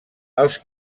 els